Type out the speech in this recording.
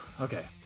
okay